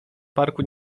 parku